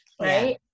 right